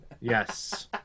Yes